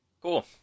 Cool